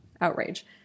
outrage